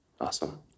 awesome